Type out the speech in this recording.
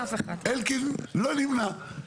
אלקין לא נמנע.